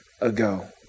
ago